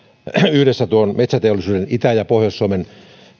yhdessä itä ja pohjois suomen metsäteollisuuden